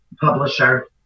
publisher